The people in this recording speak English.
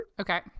okay